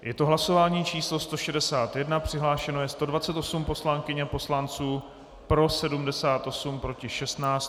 Je to hlasování číslo 161, přihlášeno je 128 poslankyň a poslanců, pro 78, proti 16.